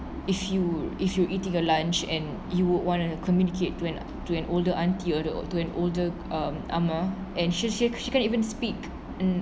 if you if you eating your lunch and you would want to communicate to an to an older auntie or the to an older um ahma and she she she can't even speak um